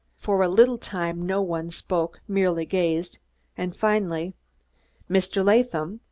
for a little time no one spoke merely gazed and finally mr. latham?